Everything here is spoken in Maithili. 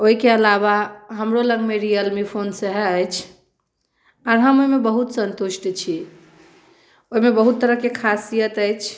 ओहिके अलावा हमरो लगमे रियल मी फोन सएह अछि आ हम एहिमे बहुत सन्तुष्ट छी ओहिमे बहुत तरहके खासियत अछि